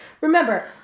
Remember